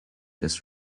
this